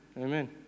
Amen